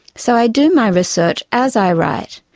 so i do my research as i write,